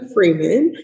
Freeman